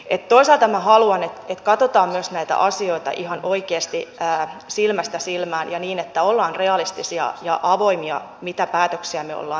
toisaalta minä haluan että katsotaan näitä asioita myös ihan oikeasti silmästä silmään ja niin että ollaan realistisia ja avoimia mitä päätöksiä me olemme tekemässä